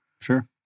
Sure